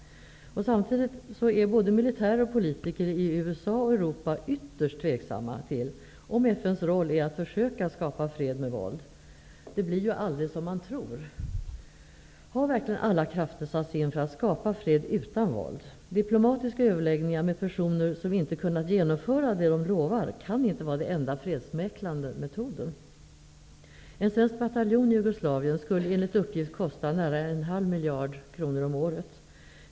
Samtidigt hyser både militärer och politiker, såväl i USA som i Europa, tvivel om FN:s roll är att försöka skapa fred med våld. Det blir ju aldrig som man tror. Har verkligen alla krafter satts in för att skapa fred utan våld? Diplomatiska överläggningar med personer som inte kunnat genomföra det som de lovat kan inte vara den enda fredsmäklande metoden. En svensk bataljon i Jugoslavien skulle enligt uppgift kosta nära en halv miljard kronor om året.